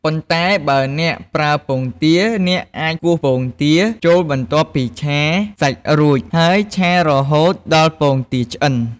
ប៉ុន្តែបើអ្នកប្រើពងទា អ្នកអាចគោះពងទាចូលបន្ទាប់ពីឆាសាច់រួច ហើយឆារហូតដល់ពងទាឆ្អិន។